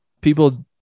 people